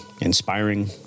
inspiring